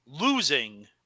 losing